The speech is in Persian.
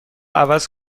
عوض